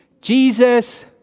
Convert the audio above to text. jesus